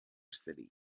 city